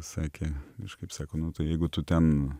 sakė kažkaip sako nu tai jeigu tu ten